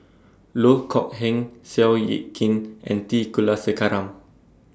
Loh Kok Heng Seow Yit Kin and T Kulasekaram